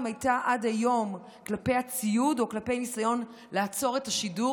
אם הייתה עד היום כלפי הציוד או בניסיון לעצור את השידור,